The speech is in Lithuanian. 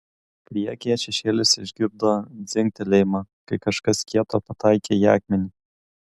priekyje šešėlis išgirdo dzingtelėjimą kai kažkas kieto pataikė į akmenį